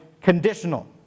conditional